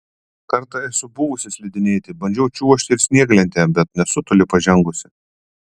kartą esu buvusi slidinėti bandžiau čiuožti ir snieglente bet nesu toli pažengusi